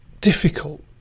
difficult